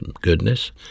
goodness